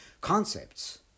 concepts